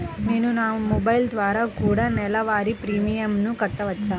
నేను నా మొబైల్ ద్వారా కూడ నెల వారి ప్రీమియంను కట్టావచ్చా?